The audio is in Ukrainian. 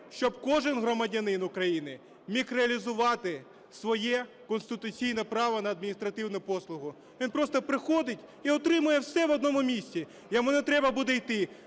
щоб кожен громадянин України міг реалізувати своє конституційне право на адміністративну послугу, він просто приходить і отримує все в одному місці. Йому не треба буде йти